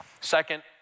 Second